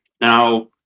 Now